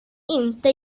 inte